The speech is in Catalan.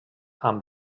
amb